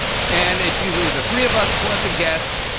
and it's usually the three of us, plus a guest.